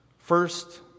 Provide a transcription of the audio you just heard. First